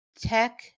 tech